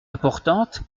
importante